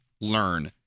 learn